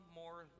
more